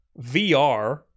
vr